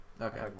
okay